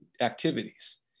activities